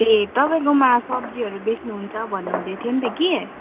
ए तपाईँकोमा सब्जीहरू बेच्नुहुन्छ भन्नुहुँदै थियो नि त कि